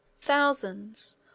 Thousands